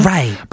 Right